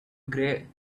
gray